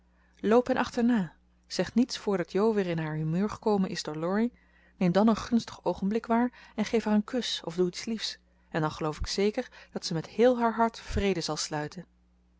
hen achterna zeg niets voordat jo weer in haar humeur gekomen is door laurie neem dan een gunstig oogenblik waar en geef haar een kus of doe iets liefs en dan geloof ik zeker dat ze met heel haar hart vrede zal sluiten